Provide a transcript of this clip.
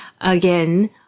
again